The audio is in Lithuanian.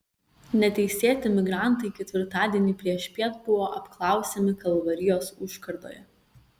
neteisėti migrantai ketvirtadienį priešpiet buvo apklausiami kalvarijos užkardoje